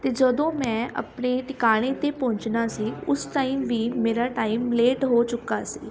ਅਤੇ ਜਦੋਂ ਮੈਂ ਆਪਣੇ ਟਿਕਾਣੇ 'ਤੇ ਪਹੁੰਚਣਾ ਸੀ ਉਸ ਟਾਈਮ ਵੀ ਮੇਰਾ ਟਾਈਮ ਲੇਟ ਹੋ ਚੁੱਕਾ ਸੀ